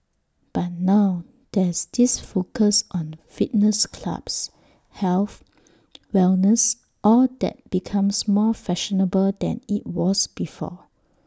but now there's this focus on fitness clubs health wellness all that becomes more fashionable than IT was before